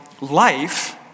life